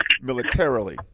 militarily